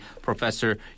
Professor